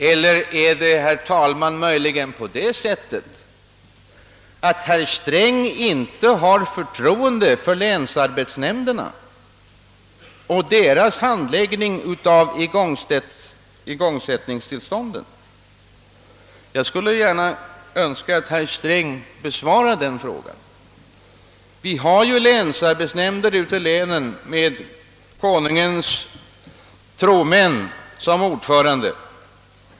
Eller förhåller det sig, herr talman, möjligen på det sättet att herr Sträng inte har förtroende för länsarbetsnämndernas handläggning av igångsättningstillstånden? Jag skulle önska att herr Sträng besvarade den frågan. Vi har länsarbetsnämnder med konungens tromän som ordförande.